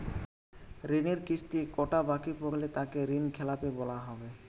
ঋণের কিস্তি কটা বাকি পড়লে তাকে ঋণখেলাপি বলা হবে?